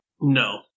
No